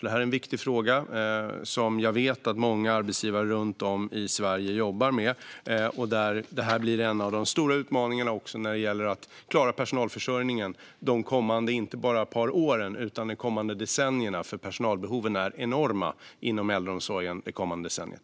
Det här är en viktig fråga som jag vet att många arbetsgivare runt om i Sverige jobbar med. Det här blir en av de stora utmaningarna också när det gäller att klara personalförsörjningen de kommande inte bara par åren utan de kommande decennierna, för personalbehoven kommer att bli enorma inom äldreomsorgen det kommande decenniet.